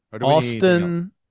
Austin